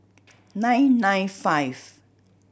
nine nine five